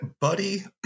Buddy